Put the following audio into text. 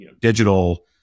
digital